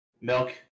Milk